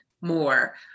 more